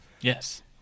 Yes